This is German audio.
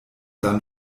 dann